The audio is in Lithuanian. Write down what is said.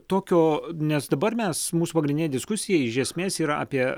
tokio nes dabar mes mūsų pagrindinė diskusija iš esmės yra apie